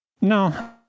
no